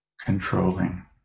Controlling